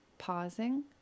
pausing